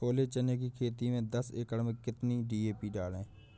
छोले चने की खेती में दस एकड़ में कितनी डी.पी डालें?